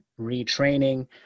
retraining